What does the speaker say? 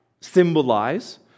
symbolize